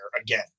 again